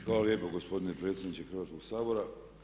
Hvala lijepo gospodine predsjedniče Hrvatskog sabora.